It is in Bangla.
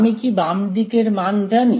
আমি কি বাম দিকের মান জানি